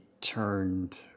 turned